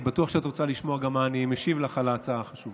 אני בטוח שאת רוצה לשמוע גם מה אני משיב לך על ההצעה החשובה.